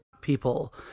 people